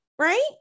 right